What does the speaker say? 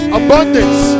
abundance